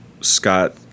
scott